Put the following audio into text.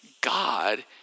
God